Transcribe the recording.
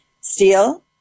Steel